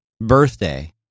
birthday